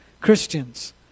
Christians